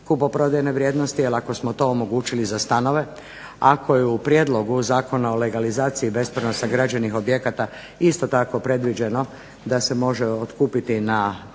kupoprodajne vrijednosti, jer ako smo to omogućili za stanove, ako je u prijedlogu Zakona o legalizaciji bespravno sagrađenih objekata isto tako predviđeno da se može otkupiti na